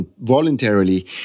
voluntarily